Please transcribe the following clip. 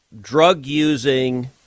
drug-using